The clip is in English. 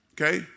Okay